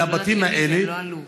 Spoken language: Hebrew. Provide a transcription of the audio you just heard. של הבתים האלה,